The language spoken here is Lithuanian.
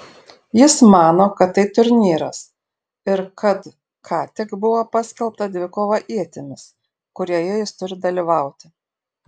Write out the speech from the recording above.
jis mano kad tai turnyras ir kad ką tik buvo paskelbta dvikova ietimis kurioje jis turi dalyvauti